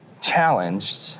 challenged